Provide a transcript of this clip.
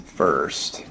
first